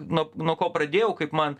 nuo nuo ko pradėjau kaip man